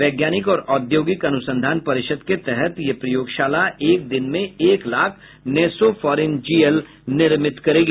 वैज्ञानिक और औद्योगिक अनुसंधान परिषद के तहत यह प्रयोगशाला एक दिन में एक लाख नेसोफारिनजियल निर्मित करेगी